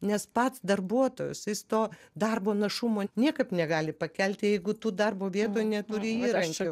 nes pats darbuotojas jis to darbo našumo niekaip negali pakelti jeigu tų darbo vietų neturi įrankių